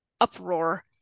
uproar